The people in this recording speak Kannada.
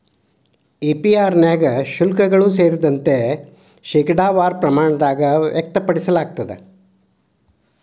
ಎ.ಪಿ.ಆರ್ ನ್ಯಾಗ ಶುಲ್ಕಗಳು ಸೇರಿದಂತೆ, ಶೇಕಡಾವಾರ ಪ್ರಮಾಣದಾಗ್ ವ್ಯಕ್ತಪಡಿಸಲಾಗ್ತದ